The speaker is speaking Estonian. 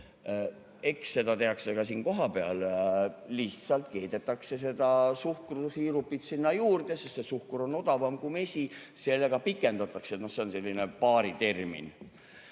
Eks seda tehakse ka siin kohapeal. Lihtsalt keedetakse suhkrusiirupit sinna juurde, sest suhkur on odavam kui mesi, sellega pikendatakse – noh, see on selline baaritermin.